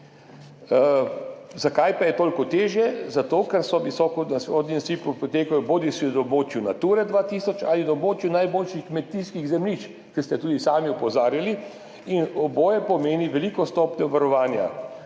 Zakaj pa je toliko težje? Zato ker visoko na vzhodnem nasipu potekajo bodisi na območju Nature 2000 ali na območju najboljših kmetijskih zemljišč, na kar ste tudi sami opozarjali, in oboje pomeni veliko stopnjo varovanja.